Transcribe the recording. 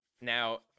Now